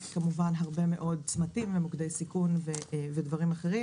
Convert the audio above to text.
כמובן הרבה מאוד צמתים ומוקדי סיכון ודברים אחרים